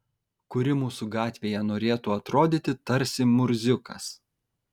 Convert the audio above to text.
kuri mūsų gatvėje norėtų atrodyti tarsi murziukas